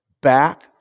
back